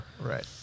Right